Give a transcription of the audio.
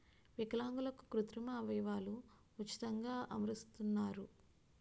విలాంగులకు కృత్రిమ అవయవాలు ఉచితంగా అమరుస్తున్నారు